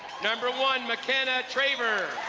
number one, makennah traver,